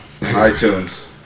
iTunes